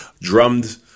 drummed